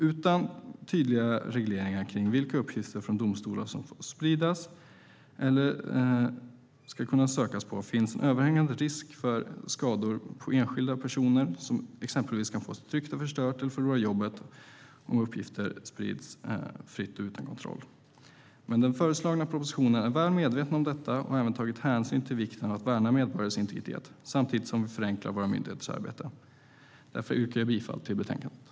Utan tydliga regleringar av vilka uppgifter från domstolar som får spridas eller ska kunna sökas på finns en överhängande risk för skador på enskilda personer som exempelvis kan få sitt rykte förstört eller förlora jobbet om uppgifter sprids fritt utan kontroll. I arbetet med den föreslagna propositionen har man varit väl medveten om detta. Man har även tagit hänsyn till vikten av att värna medborgares integritet och samtidigt förenkla våra myndigheters arbete. Därför yrkar jag bifall till förslaget i betänkandet.